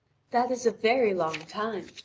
that is a very long time.